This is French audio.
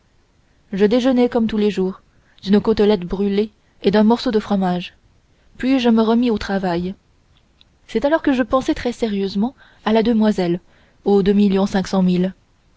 je déjeunai comme tous les jours d'une côtelette brûlée et d'un morceau de fromage puis je me remis au travail c'est alors que je pensai très sérieusement à la demoiselle aux